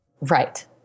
Right